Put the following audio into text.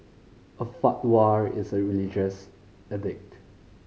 a fatwa is a religious edict